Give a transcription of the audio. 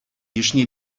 йышне